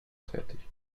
tätig